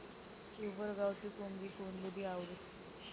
pure गावठी कोंबडी कोनलेभी आवडस